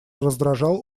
раздражал